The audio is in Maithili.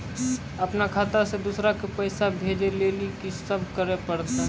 अपनो खाता से दूसरा के पैसा भेजै लेली की सब करे परतै?